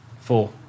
Four